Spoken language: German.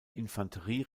infanterie